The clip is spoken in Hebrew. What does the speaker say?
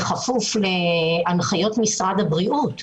בכפוף להנחיות משרד הבריאות.